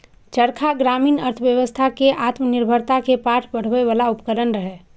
चरखा ग्रामीण अर्थव्यवस्था कें आत्मनिर्भरता के पाठ पढ़बै बला उपकरण रहै